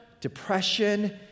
depression